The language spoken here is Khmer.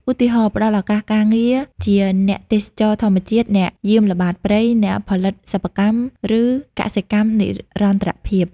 ឧទាហរណ៍ ផ្តល់ឱកាសការងារជាអ្នកទេសចរណ៍ធម្មជាតិ អ្នកយាមល្បាតព្រៃ អ្នកផលិតសិប្បកម្ម ឬកសិកម្មនិរន្តរភាព។